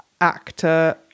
actor